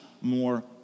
more